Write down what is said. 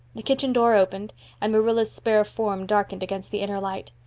the kitchen door opened and marilla's spare form darkened against the inner light.